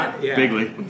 bigly